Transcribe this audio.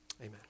Amen